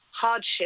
hardship